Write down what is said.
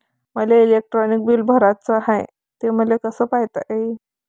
मले electric bill भराचं हाय, ते मले कस पायता येईन?